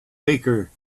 faker